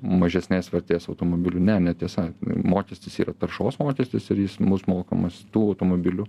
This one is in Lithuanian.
mažesnės vertės automobilių ne netiesa mokestis yra taršos mokestis ir jis mus mokamas tų automobilių